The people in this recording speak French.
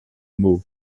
mots